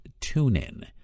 TuneIn